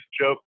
joke